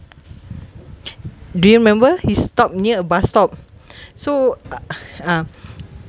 do you remember he stopped near a bus stop so uh